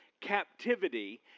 captivity